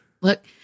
Look